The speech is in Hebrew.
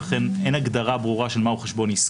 ולכן, אין הגדרה ברורה של מהו חשבון עסקי.